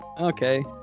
okay